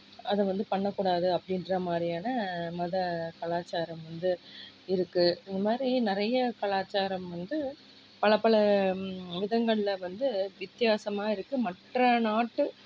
அதை வந்து பண்ண கூடாது அப்படின்ற மாதிரியான மத கலாச்சாரம் வந்து இருக்குது இந்தமாதிரி நிறைய கலாச்சாரம் வந்து பலபல விதங்களில் வந்து வித்தியாசமாக இருக்குது மற்ற நாட்டு